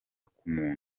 k’umuntu